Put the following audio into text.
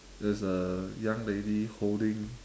there's a young lady holding